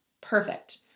perfect